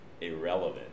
irrelevant